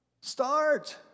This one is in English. Start